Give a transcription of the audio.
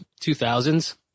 2000s